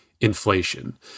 inflation